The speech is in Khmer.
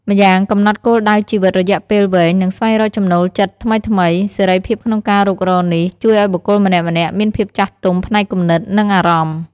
ម្យ៉ាងកំណត់គោលដៅជីវិតរយៈពេលវែង និងស្វែងរកចំណូលចិត្តថ្មីៗ។ សេរីភាពក្នុងការរុករកនេះ ជួយឱ្យបុគ្គលម្នាក់ៗមានភាពចាស់ទុំផ្នែកគំនិត និងអារម្មណ៍។